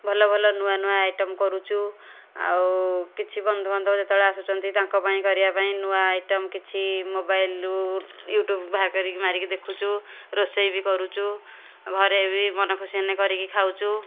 ଭଲ ଭଲ ନୂଆ ନୂଆ ଆଇଟମ୍ କରୁଛୁ ଆଉ କିଛି ବନ୍ଧୁବାନ୍ଧବ ଯେତେବେଳେ ଆସୁଛନ୍ତି ତାଙ୍କ ପାଇଁ କରିବା ପାଇଁ ନୂଆ ଆଇଟମ୍ କିଛି ମୋବାଇଲ୍ରୁ ୟୁଟ୍ୟୁବ୍ ବାହାର କରିକି ମାରିକି ଦେଖୁଛୁ ରୋଷେଇ ବି କରୁଛୁ ଆଉ ଘରେ ବି ମନ ଖୁସି ହେଲେ କରିକି ଖାଉଛୁ